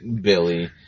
Billy